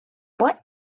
what